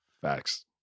Facts